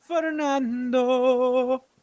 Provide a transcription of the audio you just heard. Fernando